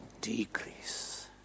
decrease